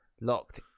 Locked